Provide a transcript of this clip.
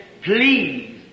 please